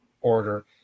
order